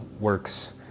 works